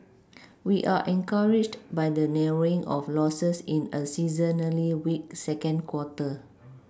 we are encouraged by the narrowing of Losses in a seasonally weak second quarter